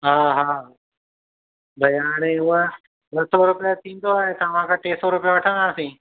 हा हा भई हाणे हूंअं ॿ सौ रुपिया थींदो आहे तव्हांखां टे सौ रुपिया वठंदासीं